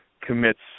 commits